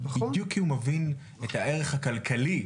בדיוק כי הוא מבין את הערך הכלכלי,